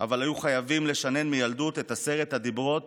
אבל היו חייבים לשנן מילדות את עשרת הדיברות